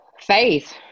Faith